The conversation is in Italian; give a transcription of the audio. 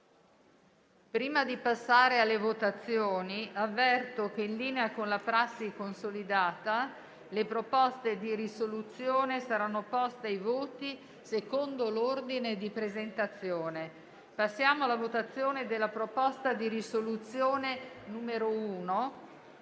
Prima di passare alle votazioni, avverto che, in linea con una prassi consolidata, le proposte di risoluzione saranno poste ai voti secondo l'ordine di presentazione. Indìco la votazione nominale con scrutinio